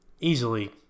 easily